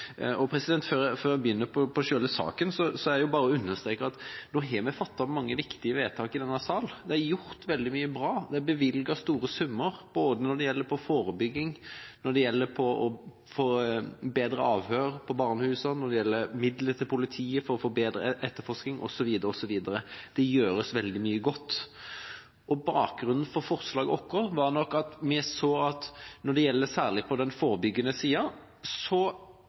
Før jeg begynner å snakke om selve saken, er det bare å understreke at nå har vi fattet mange viktige vedtak i denne sal, det er gjort veldig mye bra, det er bevilget store summer når det gjelder forebygging, å få bedre avhør på barnehusene, midler til politiet for å få bedre etterforsking, osv. Det gjøres veldig mye godt. Bakgrunnen for forslaget vårt var nok at vi så at når det gjelder særlig den forebyggende sida,